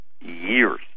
Years